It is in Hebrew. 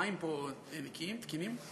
המים פה נקיים, תקינים.